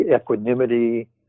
equanimity